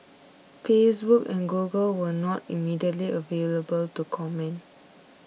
Facebook and Google were not immediately available to comment